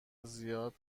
زیاد